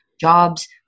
jobs